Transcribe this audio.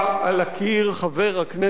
חברי חברי הכנסת,